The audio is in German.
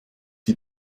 die